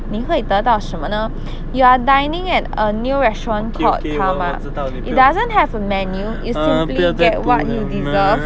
你会得到什么呢 you are dining at a new restaurant called karma it doesn't have a menu you simply get what you deserve